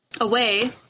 away